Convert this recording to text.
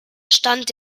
stand